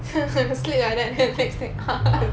sleep like that next